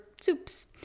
soups